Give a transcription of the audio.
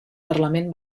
parlament